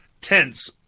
tense